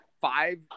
five